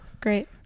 Great